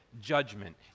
judgment